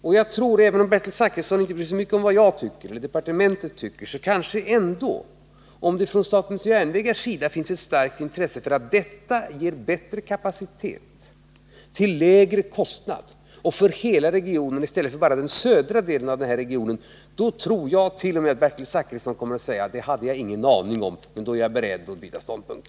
Bertil Zachrisson bryr sig kanske inte mycket om vad jag eller departementet tycker, men om det finns ett starkt intresse från statens järnvägar på grund av att detta ger bättre kapacitet till lägre kostnad för hela regionen i stället för bara för den södra delen av regionen, så tror jag att t.o.m. Bertil Zachrisson kommer att säga: Det hade jag ingen aning om, men då är jag beredd att byta ståndpunkt.